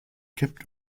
kippt